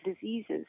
diseases